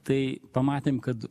tai pamatėm kad